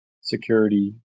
security